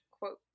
quote